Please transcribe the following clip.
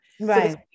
right